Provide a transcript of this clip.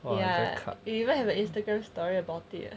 ya you even have a instagram story about it